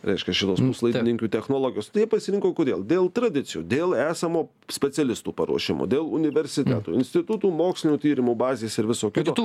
reiškia šitos puslaidininkių technologijos tai jie pasirinko kodėl dėl tradicijų dėl esamo specialistų paruošimo dėl universitetų institutų mokslinių tyrimų bazės ir viso kito